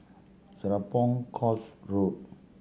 Serapong Course Road